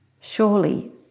Surely